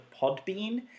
Podbean